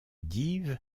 dives